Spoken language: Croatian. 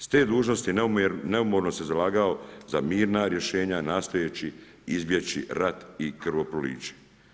S te dužnosti neumorno se zalagao za mirna rješenja nastojeći izbjeći rat i krvoproliće.